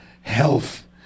Health